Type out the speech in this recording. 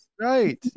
right